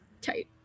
Tight